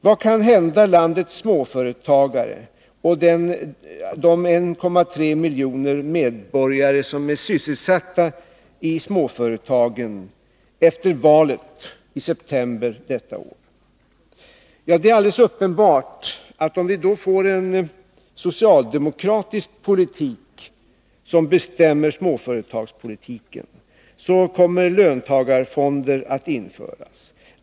Vad kan hända landets småföretagare och de 1 300 000 medborgare som är sysselssatta i småföretagen efter valet i september detta år? Det är alldeles uppenbart, att om vi då får en socialdemokratisk politik som bestämmer småföretagspolitiken, kommer löntagarfonder att införas.